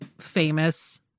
famous